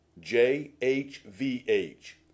J-H-V-H